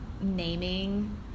naming